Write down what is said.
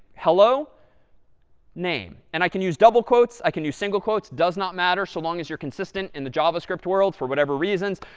hello name. and i can use double quotes. i can use single quotes. does not matter so long as you're consistent in the javascript world. for whatever reasons,